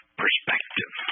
perspective